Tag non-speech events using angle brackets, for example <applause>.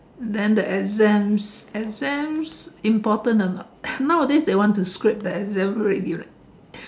then the exams exams important or not <breath> nowadays they want to scrape the exams already leh